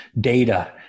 data